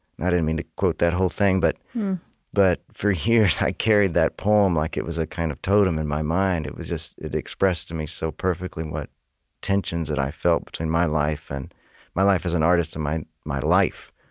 didn't mean to quote that whole thing, but but for years, i carried that poem like it was a kind of totem in my mind. it was just it expressed to me, so perfectly, what tensions that i felt between my life and my life as an artist and my my life.